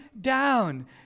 down